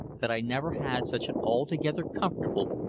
that i never had such an altogether comfortable,